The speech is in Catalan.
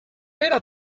era